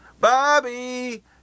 Bobby